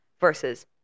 versus